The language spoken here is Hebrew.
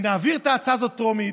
בואו נעביר את ההצעה הזאת בטרומית,